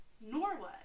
Norway